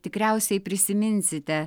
tikriausiai prisiminsite